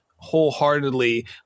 wholeheartedly